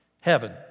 Heaven